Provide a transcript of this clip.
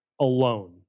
alone